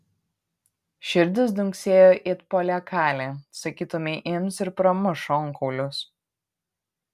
širdis dunksėjo it poliakalė sakytumei ims ir pramuš šonkaulius